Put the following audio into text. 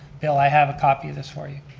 bill, i have a copy of this for you.